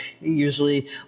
usually